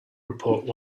report